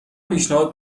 پیشنهاد